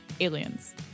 Aliens